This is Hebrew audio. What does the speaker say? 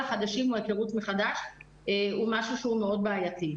ההיכרות מחדש עם כל החדשים הוא משהו מאוד בעייתי.